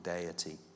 deity